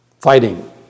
Fighting